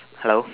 hello